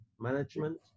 management